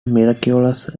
miraculous